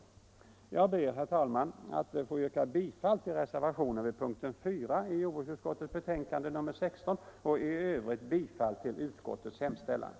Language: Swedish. Jag ber, herr talman, att få yrka bifall till reservationen vid punkten 4 i jordbruksutskottets betänkande nr 16 och i övrigt bifall till utskottets hemställan.